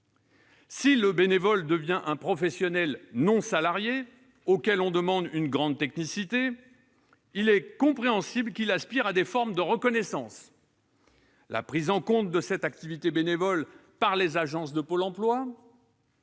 Si le bénévole devient un professionnel non salarié auquel on demande une grande technicité, il est compréhensible qu'il aspire à des formes de reconnaissance : la prise en compte de son activité bénévole par les agences de Pôle emploi,